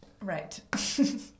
Right